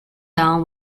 down